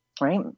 right